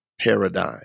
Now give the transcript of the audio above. paradigm